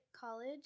college